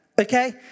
Okay